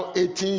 18